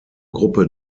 gruppe